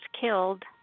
killed